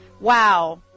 wow